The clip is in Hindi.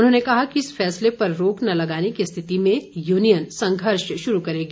उन्होंने कहा कि इस फैसले पर रोक न लगाने की स्थिति में यूनियन संघर्ष शुरू करेगी